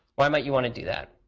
why might you want to do that?